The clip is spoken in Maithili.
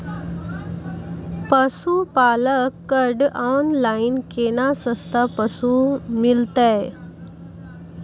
पशुपालक कऽ ऑनलाइन केना सस्ता पसु मिलतै?